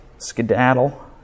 skedaddle